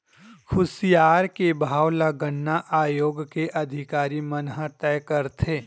खुसियार के भाव ल गन्ना आयोग के अधिकारी मन ह तय करथे